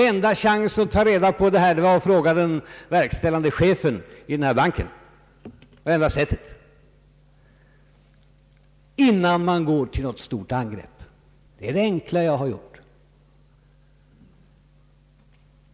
Enda chansen att ta reda på detta var att fråga den verkställande chefen i banken, innan jag gick till aktion. Det är det enkla jag har gjort.